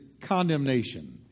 condemnation